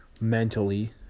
mentally